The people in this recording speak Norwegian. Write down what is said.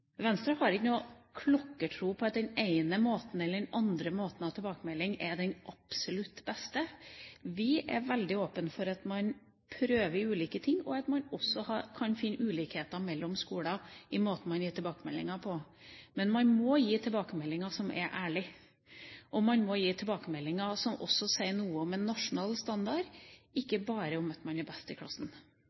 Venstre har ikke noen klokkertro på at den ene eller den andre måten av tilbakemelding er den absolutt beste. Vi er veldig åpne for at man prøver ulike ting, og at man også kan finne ulikheter mellom skoler i måten man gir tilbakemeldinger på. Men man må gi tilbakemeldinger som er ærlige. Og man må gi tilbakemeldinger som også sier noe om en nasjonal standard, ikke bare om at man er best i klassen.